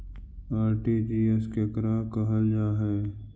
RTGS केकरा कहल जा है?